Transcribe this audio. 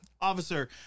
officer